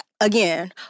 again